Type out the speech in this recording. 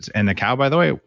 and the cow by the way,